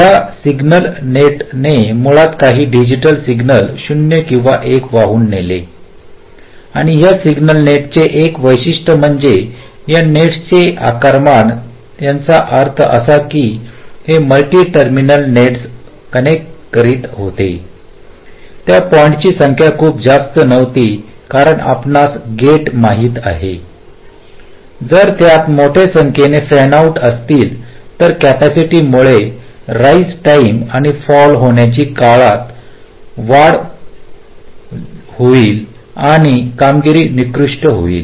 या सिग्नल नेट्सने मुळात काही डिजिटल सिग्नल 0 किंवा 1 वाहून नेले आणि या सिग्नल नेट्सचे एक वैशिष्ट्य म्हणजे या नेट्सचे आकारमान याचा अर्थ असा की हे मल्टी टर्मिनल नेट्स कनेक्ट करीत होते त्या पॉईंट्सची संख्या खूप जास्त नव्हती कारण आपणास गेट माहित आहे जर त्यात मोठ्या संख्येने फॅन आउट असतील तर कॅपॅसिटीमुळे राईस टाईम आणि फॉल होण्याचा काळ वाढत जाईल आणि कामगिरी निकृष्ट होईल